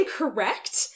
incorrect